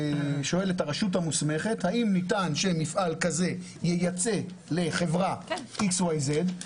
הרשות המוסמכת האם ניתן שמפעל כזה ייצא לחברה מסוימת,